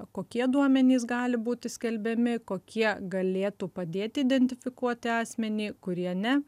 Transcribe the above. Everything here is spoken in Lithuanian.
kokie duomenys gali būti skelbiami kokie galėtų padėti identifikuoti asmenį kurie ne